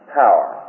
power